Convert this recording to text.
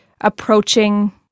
approaching